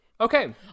Okay